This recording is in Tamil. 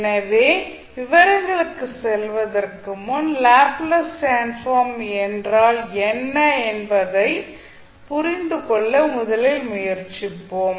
எனவே விவரங்களுக்கு செல்வதற்கு முன் லாப்ளேஸ் டிரான்ஸ்ஃபார்ம் என்றால் என்ன என்பதைப் புரிந்து கொள்ள முதலில் முயற்சிப்போம்